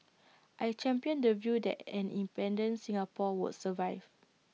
I championed the view that an independent Singapore would survive